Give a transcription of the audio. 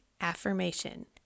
Affirmation